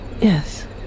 Yes